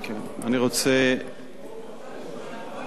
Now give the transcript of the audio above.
נא